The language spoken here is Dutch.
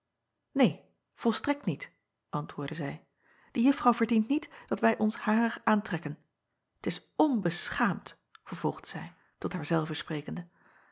volstrekt niet antwoordde zij die uffrouw verdient niet dat wij ons harer aantrekken t s onbeschaamd vervolgde zij tot haar zelve sprekende